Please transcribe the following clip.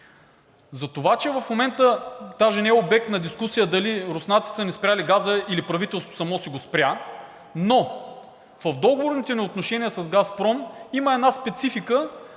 Затова че в момента даже не е обект на дискусия дали руснаците са ни спрели газа, или правителството само си го спря, но в договорните ни отношения с „Газпром“ има една специфика,